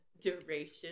duration